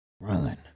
run